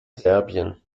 serbien